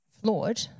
flawed